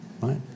Right